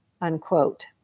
unquote